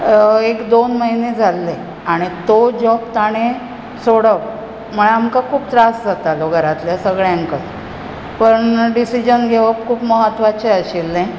एक दोन म्हयने जाल्ले आनी तो जोब ताणें सोडप म्हळ्यार आमकां खूब त्रास जातालो घरांतल्या सगळ्यांकच पण डिसीजन घेवप खूब म्हत्वाचें आशिल्लें